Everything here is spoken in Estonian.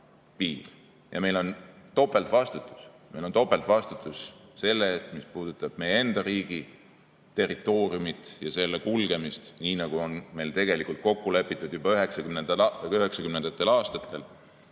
Meil on topeltvastutus. Meil on topeltvastutus selle eest, mis puudutab meie enda riigi territooriumi ja selle piiri kulgemist, nii nagu on meil tegelikult kokku lepitud juba 1990. aastatel.